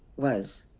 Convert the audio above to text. was,